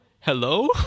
Hello